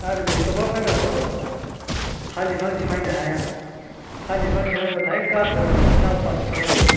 आरो आरो मेथ'का फैबाथ' थालिर बिफां सिफायनो हाया थालिर बिफां सिफायबाथाय गाखोनानै नावखासो सलायो